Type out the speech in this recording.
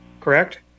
correct